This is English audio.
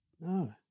no